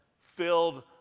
filled